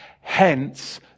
Hence